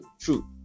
true